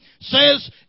says